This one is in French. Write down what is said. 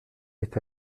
est